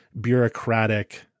bureaucratic